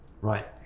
Right